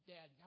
Dad